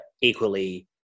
equally